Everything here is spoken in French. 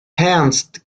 ernst